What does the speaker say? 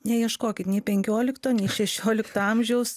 neieškokite nei penkiolikto šešiolikto amžiaus